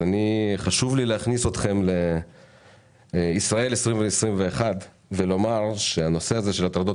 חשוב לי להכניס אתכם לישראל 2020 ו-2021 ולומר שהנושא הזה של הטרדות